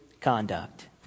conduct